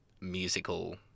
musical